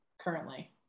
currently